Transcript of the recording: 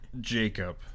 jacob